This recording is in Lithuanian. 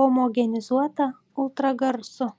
homogenizuota ultragarsu